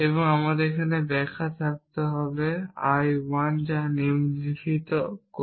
এখন আমাদের একটি ব্যাখ্যা থাকতে পারে I 1 যা নিম্নলিখিতটি করে